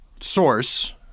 source